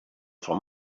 from